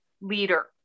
leader